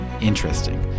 interesting